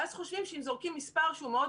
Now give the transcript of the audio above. ואז חושבים שאם זורקים מספר שהוא מאוד